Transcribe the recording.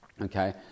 okay